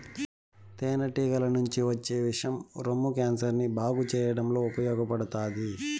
తేనె టీగల నుంచి వచ్చే విషం రొమ్ము క్యాన్సర్ ని బాగు చేయడంలో ఉపయోగపడతాది